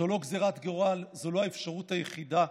זו לא גזרת גורל, זו לא האפשרות היחידה,